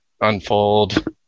unfold